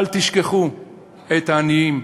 אל תשכחו את העניים,